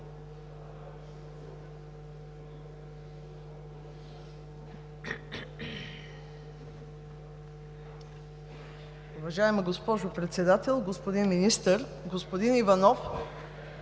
Уважаема госпожо Председател, господин Министър! Господин Иванов,